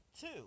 two